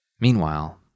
Meanwhile